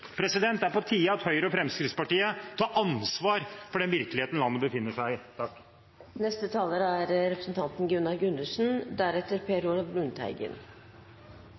Det er på tide at Høyre og Fremskrittspartiet tar ansvar for den virkeligheten landet befinner seg i. Jeg tror ikke jeg har hørt samme debatt som representanten